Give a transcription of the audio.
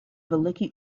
veliky